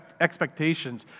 expectations